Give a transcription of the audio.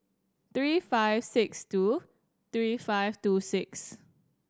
three five six two three five two six